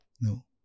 No